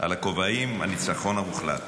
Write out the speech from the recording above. על הכובעים, "הניצחון המוחלט".